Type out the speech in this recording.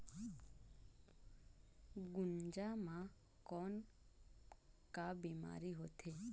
गुनजा मा कौन का बीमारी होथे?